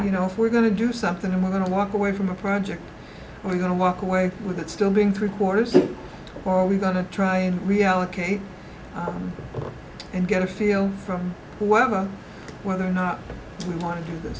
you know if we're going to do something and we're going to walk away from a project we're going to walk away with it still being three quarters or are we going to try and reallocate and get a feel from whatever whether or not we want to